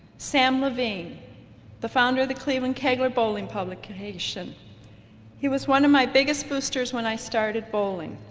sam levine the founder of the cleveland kegler bowling publication he was one of my biggest boosters when i started bowling.